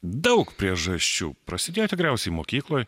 daug priežasčių prasidėjo tikriausiai mokykloj